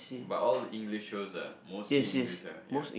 but all English shows ah mostly English ah yea